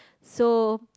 so